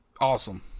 awesome